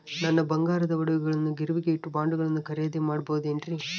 ನನ್ನ ಬಂಗಾರದ ಒಡವೆಗಳನ್ನ ಗಿರಿವಿಗೆ ಇಟ್ಟು ಬಾಂಡುಗಳನ್ನ ಖರೇದಿ ಮಾಡಬಹುದೇನ್ರಿ?